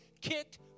kicked